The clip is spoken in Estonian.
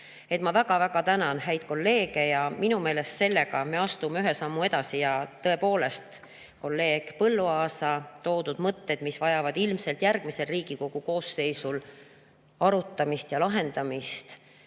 Ma väga-väga tänan häid kolleege. Minu meelest sellega me astume ühe sammu edasi. Ja tõepoolest, kolleeg Põlluaasa toodud mõtted, mis vajavad ilmselt järgmises Riigikogu koosseisus arutamist ja lahendamist,